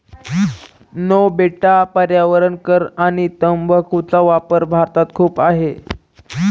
no बेटा पर्यावरण कर आणि तंबाखूचा वापर भारतात खूप आहे